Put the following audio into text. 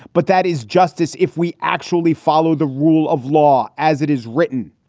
but that is justice if we actually follow the rule of law as it is written.